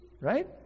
right